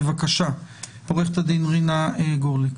בבקשה, עוה"ד רינה גורליק.